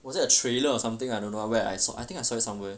was it a trailer or something I don't know where I saw I think I saw it somewhere